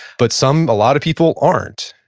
but some, a lot of people, aren't.